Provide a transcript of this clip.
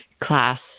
class